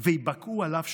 וייבקעו עליו שחרייך,